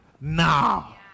now